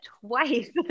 twice